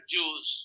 Jews